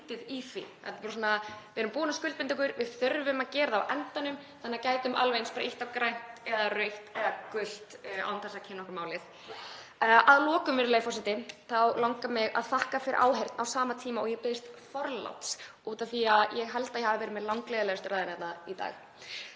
lítið í því. Við erum búin að skuldbinda okkur, við þurfum að gera það á endanum þannig að við gætum alveg eins bara ýtt á grænt eða rautt eða gult án þess að kynna okkur málið. Að lokum, virðulegi forseti, langar mig að þakka fyrir áheyrn á sama tíma og ég biðst forláts af því að ég held að ég hafi verið með langleiðinlegustu ræðuna í dag.